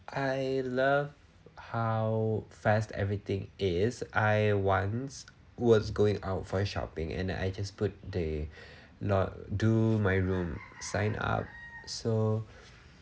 I love how fast everything is I once was going out for a shopping and I just put the note do my room sign up so